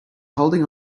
holding